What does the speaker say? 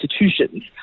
institutions